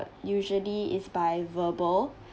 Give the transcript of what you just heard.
usually is by verbal